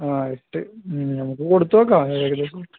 ആ എട്ട് നമുക്ക് കൊടുത്ത് നോക്കാം ഏകദേശം